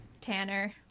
Tanner